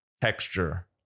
texture